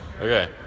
Okay